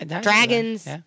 dragons